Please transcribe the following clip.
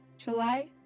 July